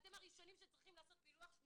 ואתם הראשונים שצריכים לעשות פילוח.